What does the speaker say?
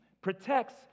protects